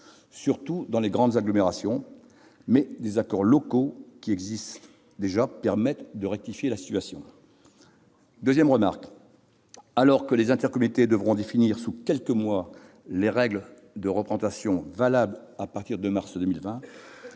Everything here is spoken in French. surtout dans les grandes agglomérations, mais des accords locaux existants permettent déjà de rectifier la situation. Seconde remarque : alors que les intercommunalités devront définir sous quelques mois les règles de représentation valables à partir de mars 2020,